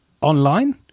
online –